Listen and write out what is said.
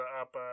up